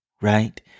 right